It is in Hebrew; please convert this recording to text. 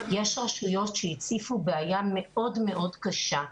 יש רשויות שהציפו בעיה מאוד מאוד קשה.